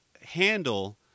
handle